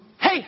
Hey